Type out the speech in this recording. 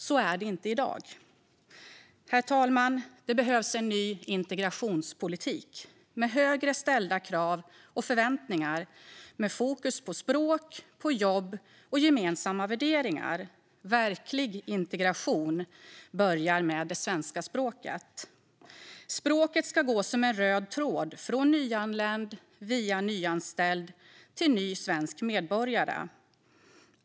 Så är det inte i dag. Herr talman! Det behövs en ny integrationspolitik med högre ställda krav och förväntningar, med fokus på språk, på jobb och på gemensamma värderingar. Verklig integration börjar med det svenska språket. Språket ska gå som en röd tråd från nyanländ via nyanställd till ny svensk medborgare.